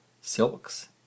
silks